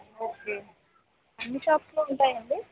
okay మీ షాప్లో ఉంటాయండి